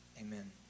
Amen